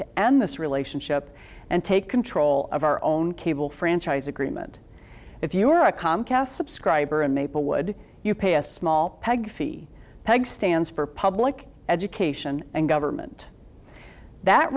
to end this relationship and take control of our own cable franchise agreement if you are a comcast subscriber a maplewood you pay a small peg fee peg stands for public education and government that